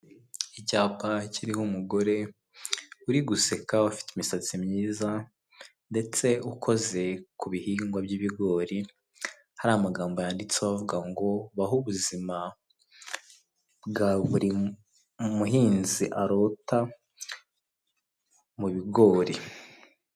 Icyapa kiriho umugore uri guseka ufite imisatsi myiza ndetse ukoze ku bihingwa by'ibigori, hari amagambo yanditseho avuga ngo, baho ubuzima bwa buri muhinzi arota mu bigori.